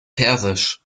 persisch